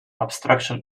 obstruction